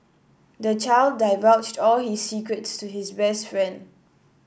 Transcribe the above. the child divulged all his secrets to his best friend